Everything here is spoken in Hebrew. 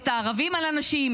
את הערבים על הנשים?